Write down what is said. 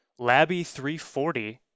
Labby340